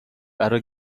برا